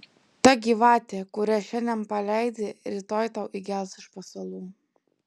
ta gyvatė kurią šiandien paleidi rytoj tau įgels iš pasalų